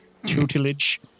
Tutelage